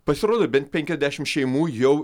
pasirodo bent penkias dešimt šeimų jau